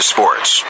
Sports